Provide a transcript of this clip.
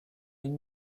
une